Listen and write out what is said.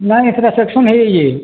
ନାଇଁ ସେଟା ସାଙ୍ଗ୍ସନ୍ ହେଇଯାଇଛେ